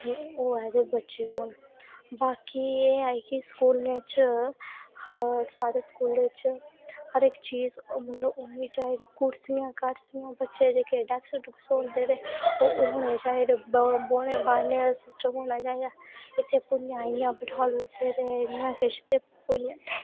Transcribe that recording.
होऐ ते बच्चे औन बाकी एह् ऐ कि स्कूलें च साढ़े स्कूलें च हर इक्क चीज़ मतलब कि होनी चाहिदी कुर्सियां बच्चें आस्तै डेस्क दा सिस्टम होना चाहिदा इत्थै इं'या भुंञा किश बैठाली ओड़दे ते किश